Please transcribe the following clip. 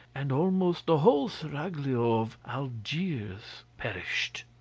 and almost the whole seraglio of algiers perished.